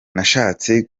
nashatse